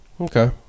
Okay